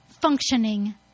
functioning